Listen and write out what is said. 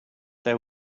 they